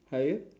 how are you